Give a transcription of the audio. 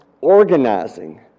organizing